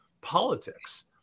politics